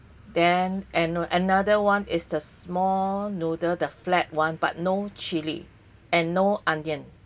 then and another [one] is the small noodle the flat [one] but no chili and no onion